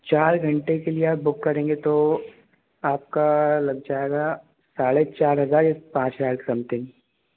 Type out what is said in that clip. चार घंटे के लिए आप बुक करेंगे तो आपका लग जायेगा साढ़े चार एक पाँच हज़ार के समथिंग